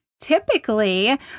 Typically